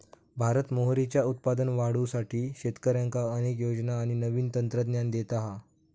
भारत मोहरीचा उत्पादन वाढवुसाठी शेतकऱ्यांका अनेक योजना आणि नवीन तंत्रज्ञान देता हा